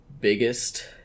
biggest